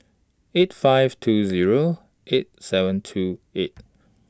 eight five two Zero eight seven two eight